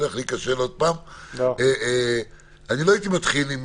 לא הייתי מתחיל עם